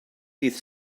dydd